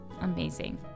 amazing